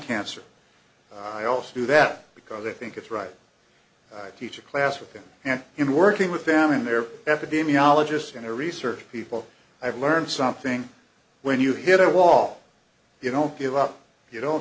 cancer i also do that because i think it's right i teach a class with them and in working with them and their epidemiologists and their research people i've learned something when you hit a wall you don't give up you don't